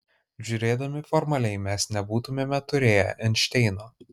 žiūrėdami formaliai mes nebūtumėme turėję einšteino